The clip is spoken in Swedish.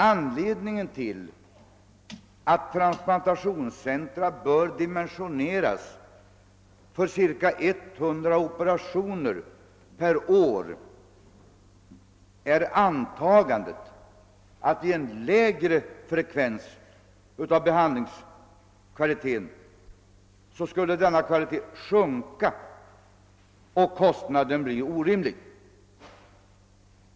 Anledningen till ati man anser att transplantationscentra bör dimensioneras för ca 100 operationer per år är antagandet att vid en lägre frekvens skulle behandlingskvaliteten sjunka och kostnaden bli orimlig.